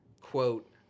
quote